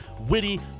witty